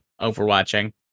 Overwatching